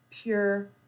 pure